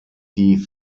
die